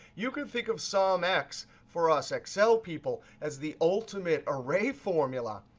you can think of sumx for us excel people as the ultimate array formula,